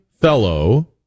fellow